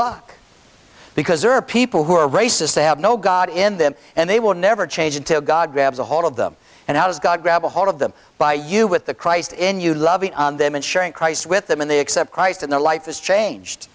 luck because there are people who are racist they have no god in them and they will never change until god grabs a hold of them and how does god grab ahold of them by you with the christ in you loving them and showing christ with them and they accept christ in their life is changed